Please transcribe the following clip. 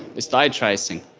is dye-tracing.